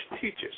teaches